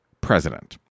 president